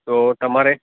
તો તમારે